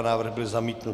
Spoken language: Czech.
Návrh byl zamítnut.